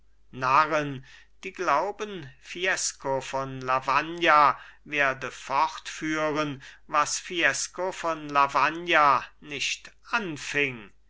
narren die glauben fiesco von lavagna werde fortführen was fiesco von lavagna nicht anfing